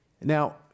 Now